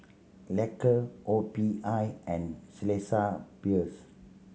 Loacker O P I and Chelsea Peers